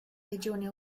regioni